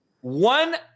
one